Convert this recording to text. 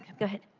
go ahead.